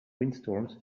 windstorms